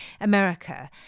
america